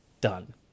done